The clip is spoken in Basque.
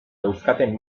dauzkaten